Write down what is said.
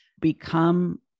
become